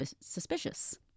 suspicious